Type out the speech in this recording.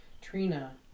Trina